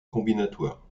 combinatoire